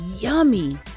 yummy